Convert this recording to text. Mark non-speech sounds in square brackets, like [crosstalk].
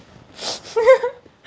[noise] [laughs]